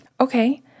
Okay